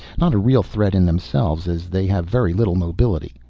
not a real threat in themselves as they have very little mobility.